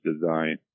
design